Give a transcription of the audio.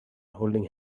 holding